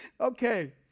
Okay